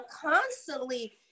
constantly